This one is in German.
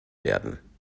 werden